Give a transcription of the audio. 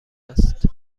است